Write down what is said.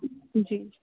जी